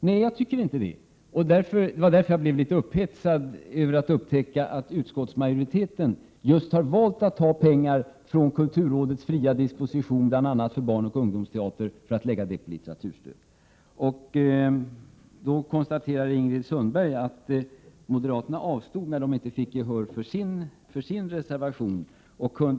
Nej, jag tycker inte det, och därför blev jag litet upphetsad över att upptäcka att utskottsmajoriteten just har valt att ta pengar från kulturrådets fria disposition, bl.a. för barnoch ungdomsteater, för att lägga de pengarna på litteraturstödet. Ingrid Sundberg konstaterade att moderaterna avstod från att rösta när de inte fick gehör för sin reservation.